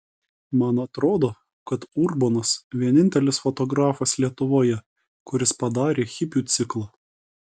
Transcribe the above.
man atrodo kad urbonas vienintelis fotografas lietuvoje kuris padarė hipių ciklą